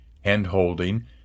hand-holding